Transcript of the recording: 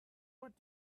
what